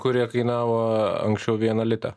kurie kainavo anksčiau vieną litą